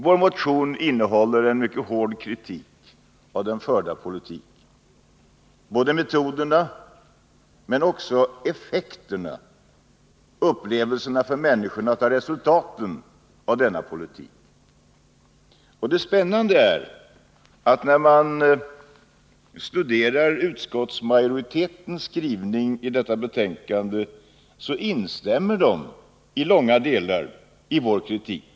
Vår motion innehåller en mycket hård kritik av den förda politiken, både metoderna och effekterna. Vi har också påtalat människornas upplevelser av resultaten av denna politik. Det spännande är att när man studerar utskottsmajoritetens skrivning i detta betänkande, finner man att den i långa stycken instämmer i vår kritik.